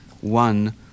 one